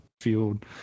field